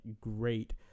great